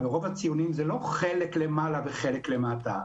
ורוב הציונים זה לא חלק למעלה וחלק למטה.